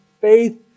faith